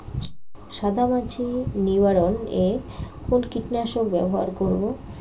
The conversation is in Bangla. সাদা মাছি নিবারণ এ কোন কীটনাশক ব্যবহার করব?